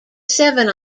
seven